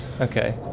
Okay